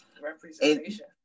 representation